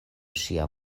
ŝia